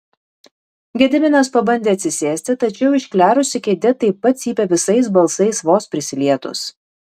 gediminas pabandė atsisėsti tačiau išklerusi kėdė taip pat cypė visais balsais vos prisilietus